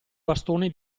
bastone